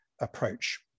approach